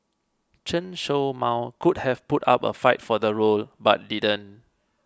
Chen Show Mao could have put up a fight for the role but didn't